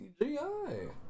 CGI